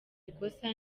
ikosa